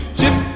chip